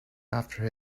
after